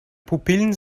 pupillen